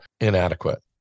Inadequate